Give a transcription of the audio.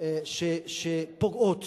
שפוגעות